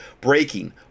Breaking